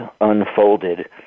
unfolded